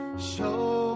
show